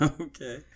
Okay